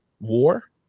war